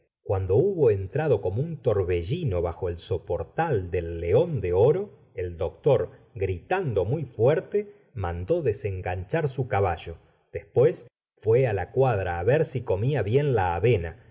cuando hubo entrado c omo un torbellino bajo el soportal del león de oro el doctor gritando muy fuerte mandó desenganchar su caballo después fué a la cuadra á ver si comía bien la a vena